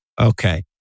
Okay